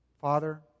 Father